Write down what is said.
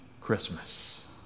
Christmas